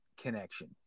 connection